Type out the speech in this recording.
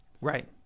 Right